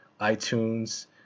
iTunes